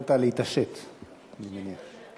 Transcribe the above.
התכוונת להתעשת אני מניח.